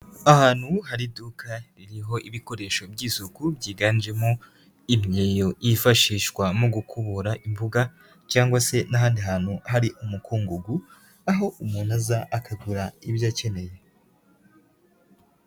Ahantu hari iduka ririho ibikoresho by'isuku byiganjemo imyeyo yifashishwa mu gukubura imbuga, cyangwa se n'ahandi hantu hari umukungugu, aho umuntu aza akagura ibyo akeneye.